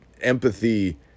empathy